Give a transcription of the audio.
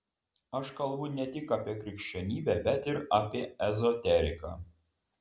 aš kalbu ne tik apie krikščionybę bet ir apie ezoteriką